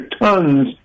tons